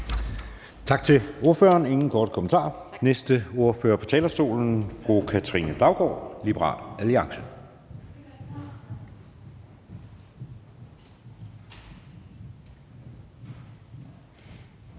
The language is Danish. Tak til ordføreren. Der er ingen korte bemærkninger. Næste ordfører på talerstolen er fru Katrine Daugaard, Liberal Alliance.